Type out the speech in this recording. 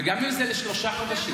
וגם אם זה לשלושה חודשים.